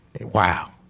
Wow